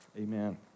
amen